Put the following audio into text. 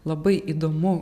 labai įdomu